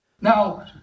Now